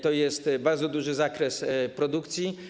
To jest bardzo duży zakres produkcji.